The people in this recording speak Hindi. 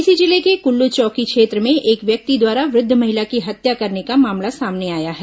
इसी जिले के कुल्लू चौकी क्षेत्र में एक व्यक्ति द्वारा वृद्ध महिला की हत्या करने का मामला सामने आया है